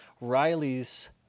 Riley's